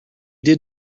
did